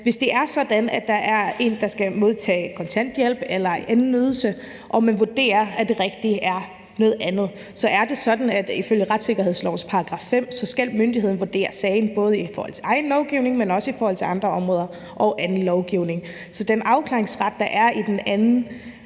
Hvis det er sådan, at der er en, der skal modtage kontanthjælp eller en anden ydelse, og man vurderer, at det rigtige er noget andet, så er det sådan ifølge retssikkerhedslovens § 5, at myndigheden skal vurdere sagen både i forhold til egen lovgivning, men også i forhold til andre områder og anden lovgivning. Så det med den afklaringsret, der er i den anden